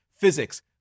physics